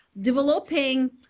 developing